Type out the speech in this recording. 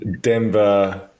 Denver